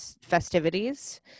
festivities